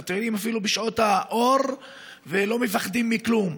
מטיילים אפילו בשעות האור ולא מפחדים מכלום.